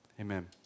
Amen